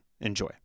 Enjoy